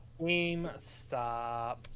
GameStop